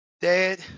dad